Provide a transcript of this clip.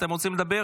אתם רוצים לדבר?